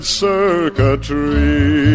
circuitry